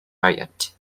riot